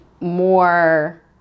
more